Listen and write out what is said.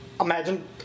Imagine